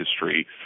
history